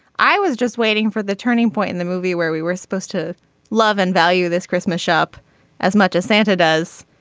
i was just waiting for the turning point in the movie where we were supposed to love and value this christmas shop as much as santa does.